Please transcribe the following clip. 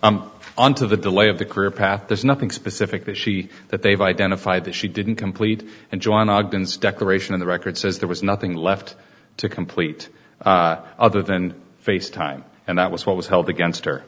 remaining on to the delay of the career path there's nothing specific that she that they've identified that she didn't complete and john ogden's declaration of the record says there was nothing left to complete other than face time and that was what was held against her